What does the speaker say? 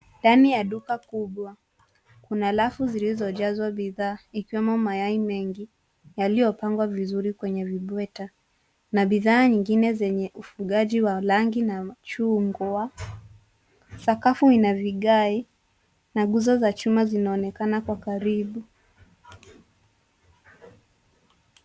Ndani ya duka kubwa, kuna rafu zilizojazwa bidhaa, ikiwemo mayai mengi yaliyopangwa vizuri kwenye vibweta, na bidhaa nyingine zenye ufugaji wa rangi na chungwa. Sakafu ina vigae, na nguzo za chuma zinaonekana kwa karibu.